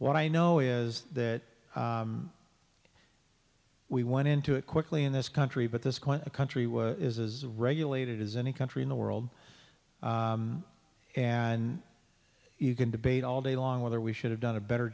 what i know is that we went into it quickly in this country but this quite a country was is as regulated as any country in the world and you can debate all day long whether we should have done a better